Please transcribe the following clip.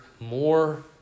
more